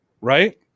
right